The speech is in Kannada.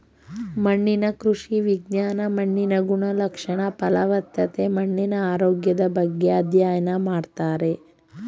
ಮಣ್ಣಿನ ಕೃಷಿ ವಿಜ್ಞಾನ ಮಣ್ಣಿನ ಗುಣಲಕ್ಷಣ, ಫಲವತ್ತತೆ, ಮಣ್ಣಿನ ಆರೋಗ್ಯದ ಬಗ್ಗೆ ಅಧ್ಯಯನ ಮಾಡ್ತಾರೆ